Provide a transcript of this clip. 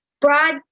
broad